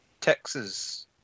Texas